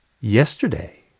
Yesterday